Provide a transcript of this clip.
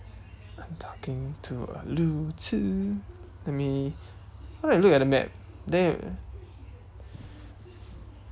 I'm talking to a 路痴 let me why don't you look at the map then you